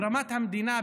ברמת המדינה,